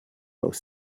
aus